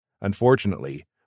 Unfortunately